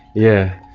yeah,